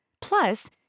Plus